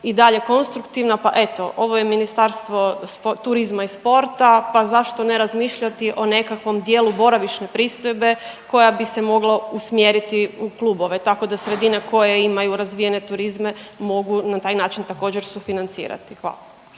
i dalje konstruktivna pa eto ovo je Ministarstvo turizma i sporta, pa zašto ne razmišljati o nekakvom dijelu boravišne pristojbe koja bi se mogla usmjeriti u klubove tako da sredine koje imaju razvijene turizme mogu na taj način također sufinancirati. Hvala.